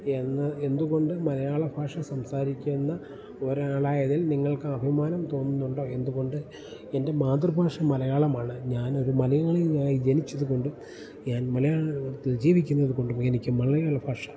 എന്ന് എന്തുകൊണ്ട് മലയാള ഭാഷ സംസാരിക്കുന്ന ഒരാളായതിൽ നിങ്ങൾക്ക് അഭിമാനം തോന്നുന്നുണ്ടോ എന്തുകൊണ്ട് എൻ്റെ മാതൃഭാഷ മലയാളമാണ് ഞാനൊരു മലയാളിയായി ജനിച്ചത് കൊണ്ടും ഞാൻ മലയാളത്തിൽ ജീവിക്കുന്നത് കൊണ്ടും എനിക്ക് മലയാള ഭാഷ